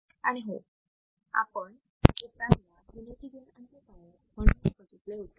आणि हो आपण ऑप एमप ला युनिटी गेन ऍम्प्लिफायर म्हणूनही बघितले होते